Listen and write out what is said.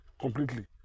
Completely